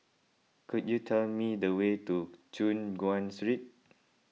could you tell me the way to Choon Guan Street